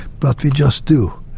but we just do.